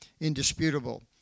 indisputable